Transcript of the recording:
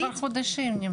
אבל זה כבר חודשים נמשך.